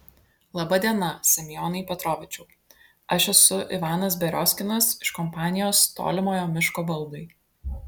laba diena semionai petrovičiau aš esu ivanas beriozkinas iš kompanijos tolimojo miško baldai